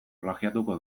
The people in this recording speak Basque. plagiatuko